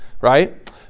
right